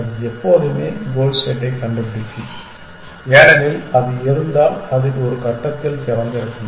அது எப்போதுமே கோல் ஸ்டேட்டைக் கண்டுபிடிக்கும் ஏனெனில் அது இருந்தால் அது ஒரு கட்டத்தில் திறந்திருக்கும்